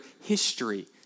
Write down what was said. history